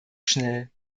schnell